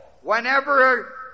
whenever